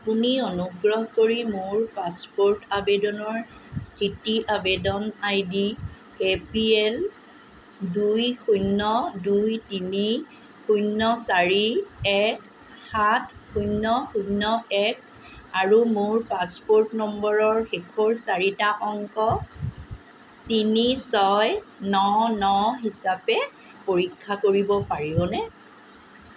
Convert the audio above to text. আপুনি অনুগ্ৰহ কৰি মোৰ পাছপ'ৰ্ট আবেদনৰ স্থিতি আবেদন আইডি এ পি এল দুই শূণ্য দুই তিনি শূণ্য চাৰি এক সাত শূণ্য শূণ্য এক আৰু মোৰ পাছপ'ৰ্ট নম্বৰৰ শেষৰ চাৰিটা অংক তিনি ছয় ন ন হিচাপে পৰীক্ষা কৰিব পাৰিবনে